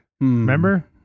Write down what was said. Remember